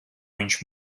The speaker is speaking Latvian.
viņš